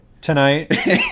tonight